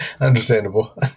Understandable